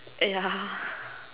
uh yeah